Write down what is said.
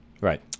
Right